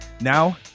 Now